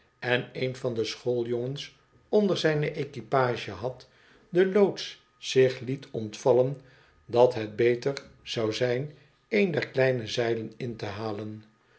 en een van de schooljongens onder zijne equipage had de loods zich liet ontvallen dat het beter zou zijn een der kleine zeilen in te halen